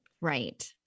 Right